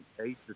eight